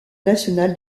national